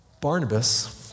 Barnabas